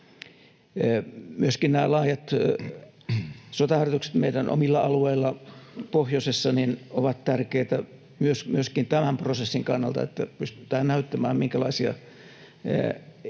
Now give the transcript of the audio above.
Myöskin laajat sotaharjoitukset meidän omilla alueilla pohjoisessa ovat tärkeitä myöskin tämän prosessin kannalta, että pystytään näyttämään, minkälaisia